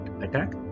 attack